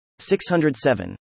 607